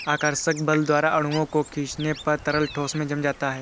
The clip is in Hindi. आकर्षक बल द्वारा अणुओं को खीचने पर तरल ठोस में जम जाता है